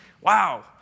wow